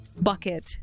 bucket